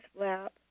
lap